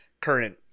current